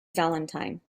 valentine